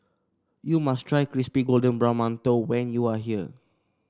you must try Crispy Golden Brown Mantou when you are here